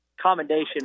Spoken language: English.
commendation